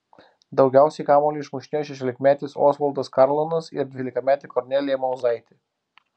daugiausiai kamuolį išmušinėjo šešiolikmetis osvaldas karlonas ir dvylikametė kornelija mauzaitė